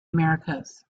americas